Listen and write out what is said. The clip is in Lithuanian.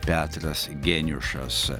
petras geniušas